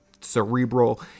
cerebral